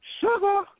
sugar